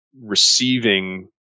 receiving